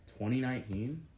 2019